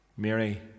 Mary